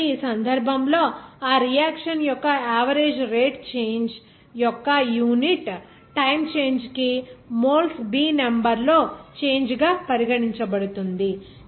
కాబట్టి ఈ సందర్భంలో ఆ రియాక్షన్ యొక్క యావరేజ్ రేటు చేంజ్ యొక్క యూనిట్ టైమ్ చేంజ్ కి మోల్స్ B నెంబర్ లో చేంజ్ గా పరిగణించబడుతుంది